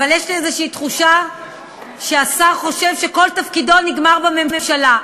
אבל יש לי איזו תחושה שהשר חושב שכל תפקידו נגמר בממשלה.